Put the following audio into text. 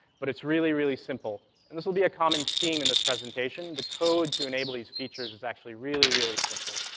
but it's really, really simple, and this will be a common theme in this presentation. the code to enable these features is actually really, really simple,